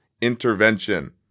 intervention